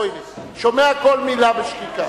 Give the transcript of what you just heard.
שומע כל מלה בשקיקה.